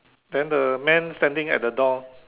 then the man standing at the door